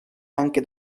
anche